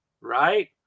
right